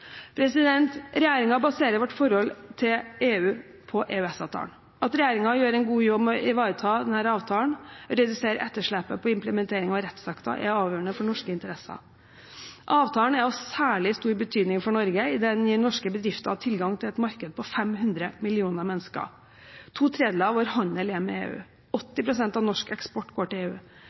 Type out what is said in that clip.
president Obama at NATO fortsatt er hjørnesteinen for USA, ikke bare når det gjelder den transatlantiske sikkerheten, men også for global sikkerhet. Det er betryggende uttalelser fra vår viktige allierte i vest. Regjeringen baserer vårt forhold til EU på EØS-avtalen. At regjeringen gjør en god jobb med å ivareta denne avtalen og reduserer etterslepet på implementering av rettsakter, er avgjørende for norske interesser. Avtalen er av særlig stor betydning for Norge, idet den gir norske bedrifter